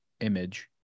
image